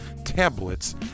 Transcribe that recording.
tablets